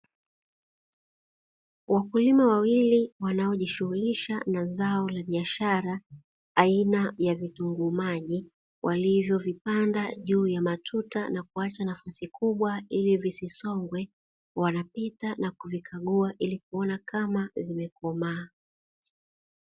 Wakulima wawili wanaojishughulisha na zao la biashara aina ya vitunguu maji, walivyovipanda juu ya matuta na kuacha nafasi kubwa ili visisongwe. Wanapita na kuvikagua ili kuona kama vimekomaa.